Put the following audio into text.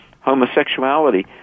homosexuality